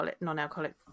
non-alcoholic